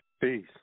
Peace